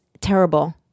terrible